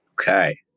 Okay